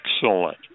excellent